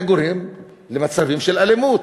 זה גורם למצבים של אלימות.